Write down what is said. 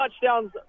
touchdowns